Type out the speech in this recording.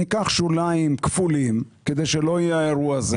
ניקח שוליים כפולים כדי שלא יהיה האירוע הזה.